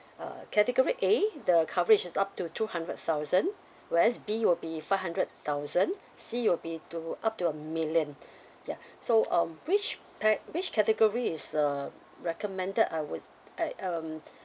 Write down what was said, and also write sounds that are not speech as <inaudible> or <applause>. uh category A the coverage is up to two hundred thousand whereas B will five hundred thousand C will be to up to a million <breath> ya so um which pack which category is uh recommended I would I um <breath>